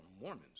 Mormons